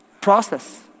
process